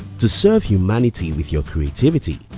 to serve humanity with your creativity,